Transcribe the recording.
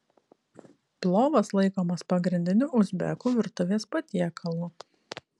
plovas laikomas pagrindiniu uzbekų virtuvės patiekalu